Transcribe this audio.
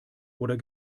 oder